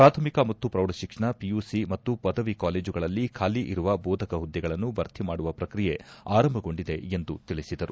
ಪೂಥಮಿಕ ಮತ್ತು ಪ್ರೌಢಶಿಕ್ಷಣ ಪಿಯುಸಿ ಮತ್ತು ಪದವಿ ಕಾಲೇಜುಗಳಲ್ಲಿ ಖಾಲಿ ಇರುವ ಬೋಧಕ ಹುದ್ದೆಗಳನ್ನು ಭರ್ತಿ ಮಾಡುವ ಪ್ರಕ್ರಿಯೆ ಆರಂಭಗೊಂಡಿದೆ ಎಂದು ತಿಳಿಸಿದರು